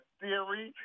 theory